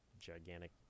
gigantic